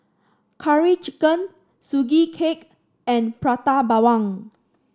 Curry Chicken Sugee Cake and Prata Bawang